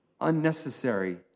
unnecessary